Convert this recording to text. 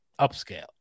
upscale